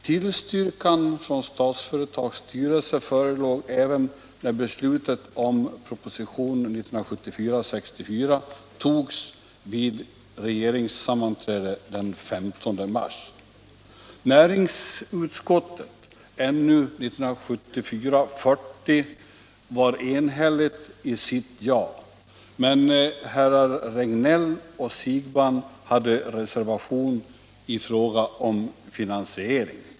Tillstyrkan från Statsföretags styrelse förelåg även när beslutet om proposition 1974:64 togs vid regeringssammanträde den 15 mars. Näringsutskottet var i sitt betänkande 1974:40 enhälligt i sitt ja, men herrar Regnéll och Siegbahn hade reservation i fråga om finansieringen.